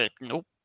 Nope